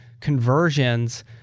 conversions